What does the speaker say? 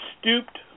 stooped